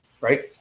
Right